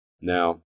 Now